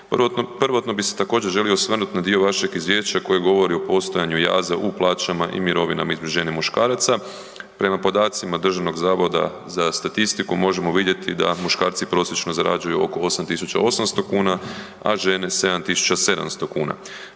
prvobitno bi se također želio osvrnut na dio vašeg izvješća koji govori o postojanju jaza u plaćama i mirovinama između žena i muškaraca. Prema podacima Državnog zavoda za statistiku možemo vidjeti da muškarci prosječno zarađuju oko 8.800 kuna, a žene 7.700 kuna.